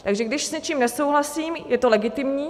Takže když s něčím nesouhlasím, je to legitimní.